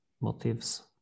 motives